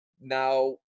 Now